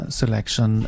selection